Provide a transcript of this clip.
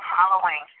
Halloween